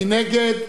מי נגד?